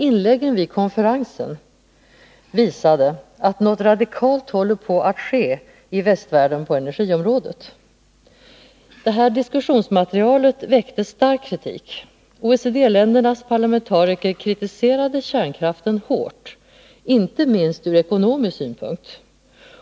Inläggen vid konferensen visade emellertid att något radikalt håller på att ske i västvärlden på energiområdet. Diskussionsmaterialet väckte stark kritik. OECD-ländernas parlamentariker kritiserade kärnkraften hårt, inte minst ur ekonomisk synpunkt.